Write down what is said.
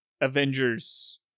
Avengers